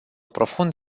profund